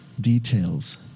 details